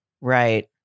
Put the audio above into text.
Right